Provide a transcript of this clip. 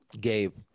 Gabe